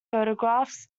photographs